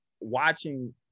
watching